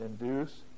induce